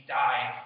died